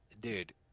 Dude